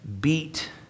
beat